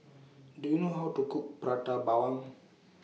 Do YOU know How to Cook Prata Bawang